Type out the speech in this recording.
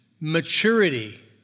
Maturity